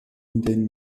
indem